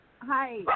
Hi